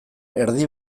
erdi